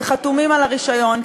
וחתומים על הרישיון.